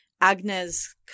Agnes